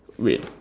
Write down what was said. wait